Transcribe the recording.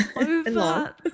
Over